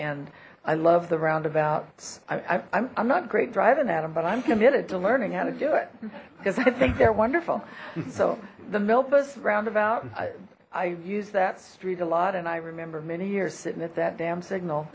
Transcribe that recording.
and i love the roundabouts i'm not great driving at him but i'm committed to learning how to do it because i think they're wonderful so the memphis roundabout i i used that street a lot and i remember many years sitting at that damn signal